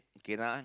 K now eh